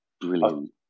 Brilliant